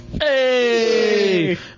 Hey